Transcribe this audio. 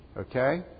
Okay